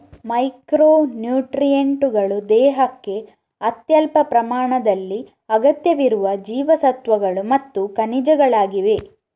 micro ನ್ಯೂಟ್ರಿಯೆಂಟುಗಳು ದೇಹಕ್ಕೆ ಅತ್ಯಲ್ಪ ಪ್ರಮಾಣದಲ್ಲಿ ಅಗತ್ಯವಿರುವ ಜೀವಸತ್ವಗಳು ಮತ್ತು ಖನಿಜಗಳಾಗಿವೆ